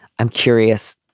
i'm curious.